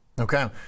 Okay